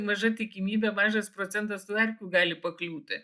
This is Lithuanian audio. maža tikimybė mažas procentas tų erkių gali pakliūti